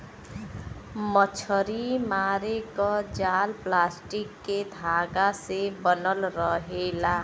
मछरी मारे क जाल प्लास्टिक के धागा से बनल रहेला